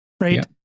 Right